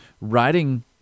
writing